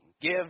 Give